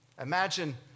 Imagine